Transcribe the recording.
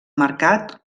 mercat